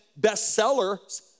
bestsellers